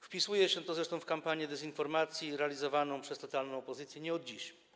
Wpisuje się to zresztą w kampanię dezinformacji realizowaną przez totalną opozycję nie od dziś.